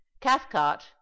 Cathcart